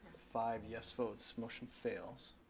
five yes votes, motion fails.